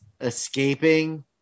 escaping